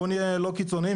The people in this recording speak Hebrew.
בוא נהיה לא קיצוניים,